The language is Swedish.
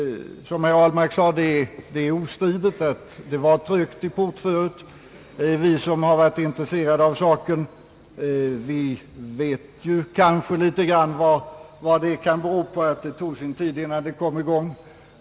Det är, som herr Ahlmark sade, ostridigt att det var trögt i portgången. Vi som intresserat oss för saken vet kanske vad det berodde på att det tog sin tid innan de kom i gång.